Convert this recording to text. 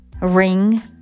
ring